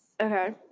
Okay